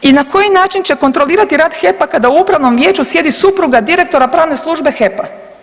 I na koji način će kontrolirati rad HEP-a kada u upravnom vijeću sjedi supruga direktora pravne službe HEP-a.